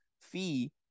fee